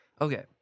okay